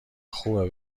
خوبه